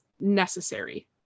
necessary